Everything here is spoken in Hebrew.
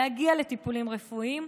להגיע לטיפולים רפואיים,